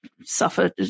suffered